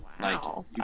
Wow